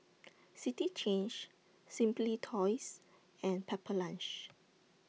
City Change Simply Toys and Pepper Lunch